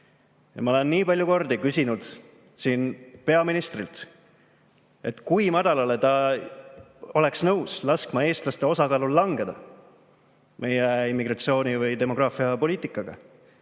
Ma olen nii palju kordi küsinud siin peaministrilt, et kui madalale ta oleks nõus laskma eestlaste osakaalul langeda meie immigratsiooni- või demograafiapoliitikaga.